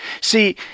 See